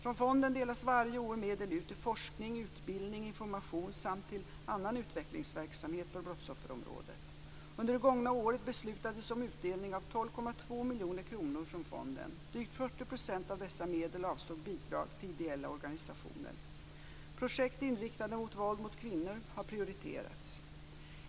Från fonden delas varje år medel ut till forskning, utbildning, information samt till annan utvecklingsverksamhet på brottsofferområdet. Projekt inriktade mot våld mot kvinnor har prioriterats.